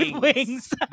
wings